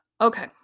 Okay